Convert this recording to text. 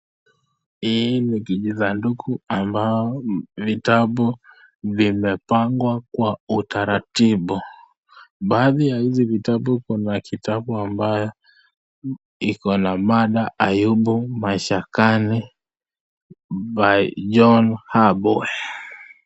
Hii ni kijisanduku ambao vitabu vimepangwa kwa utaratibu, baadhi ya hivi vitabu kuna iko na mada Ayubu maskakani by John Haboer.